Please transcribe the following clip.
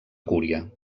cúria